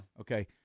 Okay